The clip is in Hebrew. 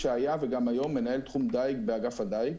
שהיה וגם היום מנהל תחום דייג באגף הדייג,